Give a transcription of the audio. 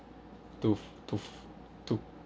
to to to